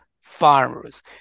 farmers